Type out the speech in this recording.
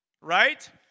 right